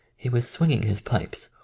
he was swinging his pipes,